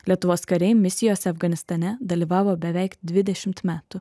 lietuvos kariai misijose afganistane dalyvavo beveik dvidešimt metų